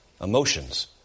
emotions